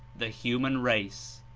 the human race.